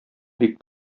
бик